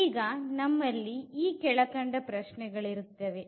ಈಗ ನಮ್ಮಲ್ಲಿ ಈ ಕೆಳಕಂಡ ಪ್ರಶ್ನೆಗಳಿರುತ್ತವೆ